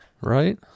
right